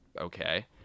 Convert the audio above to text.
okay